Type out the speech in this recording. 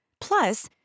Plus